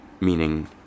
meaning